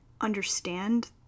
understand